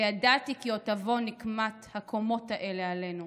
// וידעתי כי עוד תבוא נקמת / הקומות האלה עלינו.